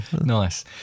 Nice